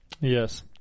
Yes